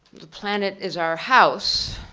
the planet is our house.